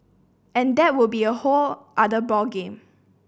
and that will be a whole other ball game